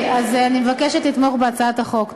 אני מבקשת לתמוך בהצעת החוק.